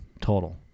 total